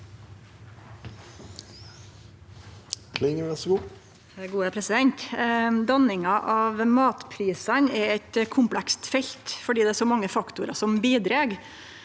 Danninga av matpris- ane er eit komplekst felt, fordi det er så mange faktorar som bidreg.